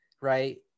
right